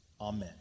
amen